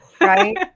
right